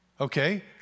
okay